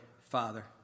Father